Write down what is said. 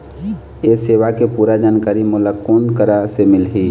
ये सेवा के पूरा जानकारी मोला कोन करा से मिलही?